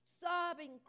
sobbing